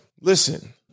Listen